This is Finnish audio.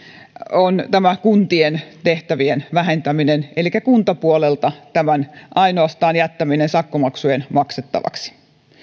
on tämä kuntien tehtävien vähentäminen elikkä kuntapuolelta tämän jättäminen ainoastaan sakkomaksujen maksettavaksi